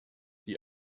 die